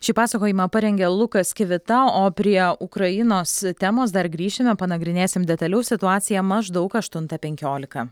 šį pasakojimą parengė lukas kivita o prie ukrainos temos dar grįšime panagrinėsim detaliau situaciją maždaug aštuntą penkiolika